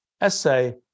essay